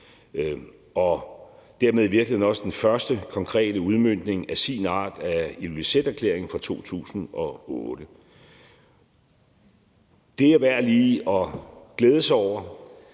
og dermed i virkeligheden også den første konkrete udmøntning af sin art af Ilulissaterklæringen fra 2008. Det er værd lige at glæde sig over.